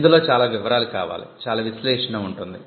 ఇందులో చాలా వివరాలు కావాలి చాలా విశ్లేషణ ఉంటుంది